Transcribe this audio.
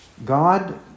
God